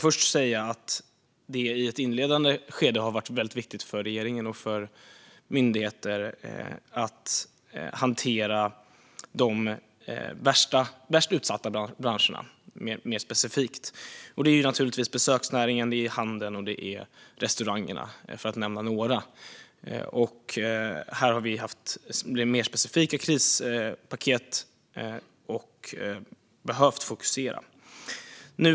Det har i ett inledande skede varit väldigt viktigt för regeringen och för myndigheter att hantera de värst utsatta branscherna mer specifikt. Det är naturligtvis besöksnäringen, handeln och restaurangerna, för att nämna några. Här har vi haft mer specifika krispaket och behövt fokusera.